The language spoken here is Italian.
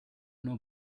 non